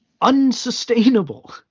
Unsustainable